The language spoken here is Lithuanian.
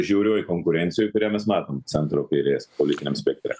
žiaurioj konkurencijoj kurią mes matom centro kairės politiniam spektre